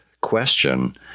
question